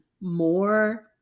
more